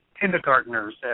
kindergartners